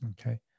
Okay